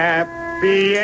Happy